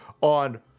on